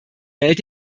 welt